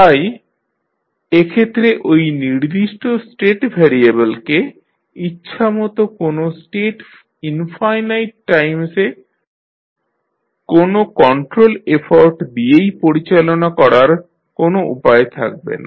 তাই এক্ষেত্রে ঐ নির্দিষ্ট স্টেট ভ্যারিয়েবলকে ইচ্ছামত কোনো স্টেট ইনফাইনাইট টাইমসে কোনো কন্ট্রোল এফর্ট দিয়েই পরিচালনা করার কোনো উপায় থাকবেনা